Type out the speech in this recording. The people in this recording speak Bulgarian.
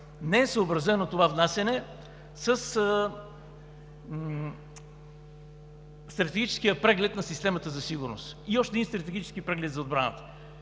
не е съобразено със стратегическия преглед на системата за сигурност и още един стратегически преглед за отбраната.